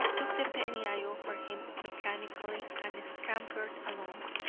took the penny i offered him mechanically, and scampered along.